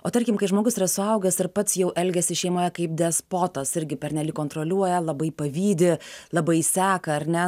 o tarkim kai žmogus yra suaugęs ir pats jau elgiasi šeimoje kaip despotas irgi pernelyg kontroliuoja labai pavydi labai seka ar ne